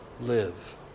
live